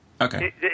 Okay